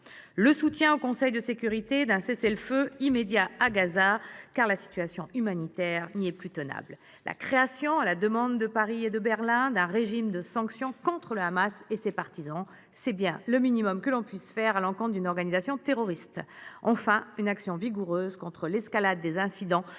fronts : au Conseil de sécurité, le soutien à un cessez le feu immédiat à Gaza, car la situation humanitaire n’y est plus tenable ; la création, à la demande de Paris et de Berlin, d’un régime de sanctions contre le Hamas et ses partisans – c’est bien le minimum que l’on puisse faire à l’encontre d’une organisation terroriste –; enfin, une action vigoureuse contre l’escalade des incidents